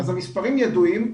אז המספרים ידועים,